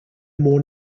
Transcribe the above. more